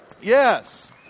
Yes